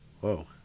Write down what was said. Whoa